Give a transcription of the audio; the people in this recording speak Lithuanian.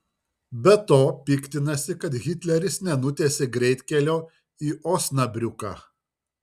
be to piktinasi kad hitleris nenutiesė greitkelio į osnabriuką